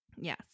yes